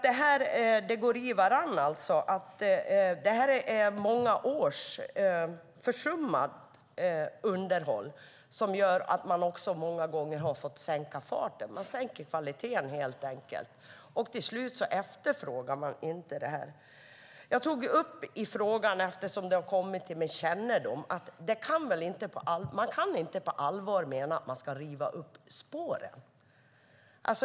Det går alltså i varandra. Det är många års försummat underhåll som gör att man många gånger också har fått sänka farten - man sänker helt enkelt kvaliteten, och till slut efterfrågas inte det här. Eftersom det har kommit till min kännedom tog jag upp frågan, för man kan väl inte på allvar mena att man ska riva upp spåren?